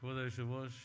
כבוד היושב-ראש,